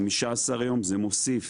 15 יום, זה מוסיף